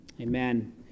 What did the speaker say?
amen